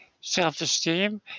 self-esteem